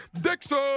Dixon